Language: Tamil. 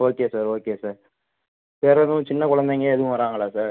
ஓகே சார் ஓகே சார் வேறு எதுவும் சின்ன குழந்தைங்க எதுவும் வர்றாங்களா சார்